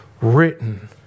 written